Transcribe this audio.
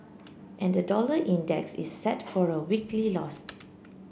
and the dollar index is set for a weekly lost